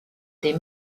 des